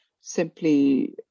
simply